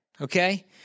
okay